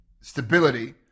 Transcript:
stability